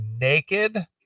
naked